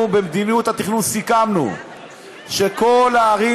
אנחנו במדיניות התכנון סיכמנו שכל הערים